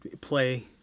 Play